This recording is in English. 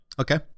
okay